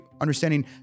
understanding